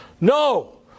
No